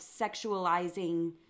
sexualizing